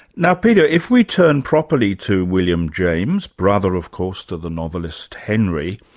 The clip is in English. now, peter, if we turn properly to william james, brother, of course, to the novelist henry,